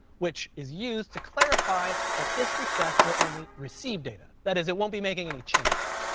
which is used to clarify that this request will only receive data. that is, it won't be making any changes.